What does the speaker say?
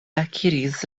akiris